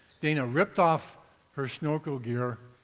dana ripped off her snorkel gear,